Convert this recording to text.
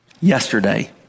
Yesterday